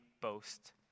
boast